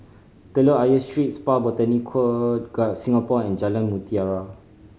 Telok Ayer Street Spa Botanica Singapore and Jalan Mutiara